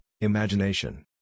imagination